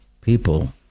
people